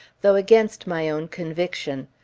though against my own conviction.